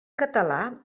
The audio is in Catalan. català